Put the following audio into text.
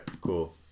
cool